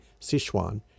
Sichuan